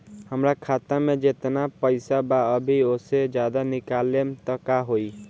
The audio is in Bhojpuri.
हमरा खाता मे जेतना पईसा बा अभीओसे ज्यादा निकालेम त का होई?